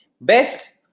best